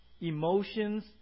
emotions